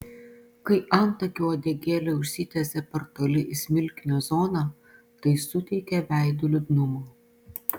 kai antakio uodegėlė užsitęsia per toli į smilkinio zoną tai suteikia veidui liūdnumo